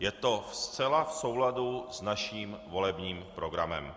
Je to zcela v souladu s naším volebním programem.